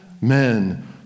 men